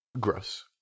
gross